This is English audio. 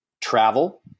travel